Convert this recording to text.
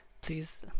please